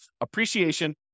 appreciation